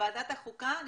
ועדת החוקה?